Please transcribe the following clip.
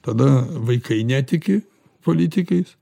tada vaikai netiki politikais